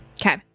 Okay